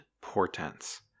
Portents